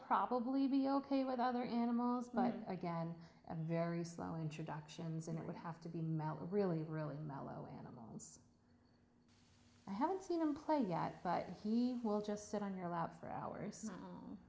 probably be ok with other animals but again a very slow introductions and it would have to be really really mellow animal i haven't seen him play yet but he will just sit on your lap for hours